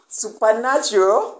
supernatural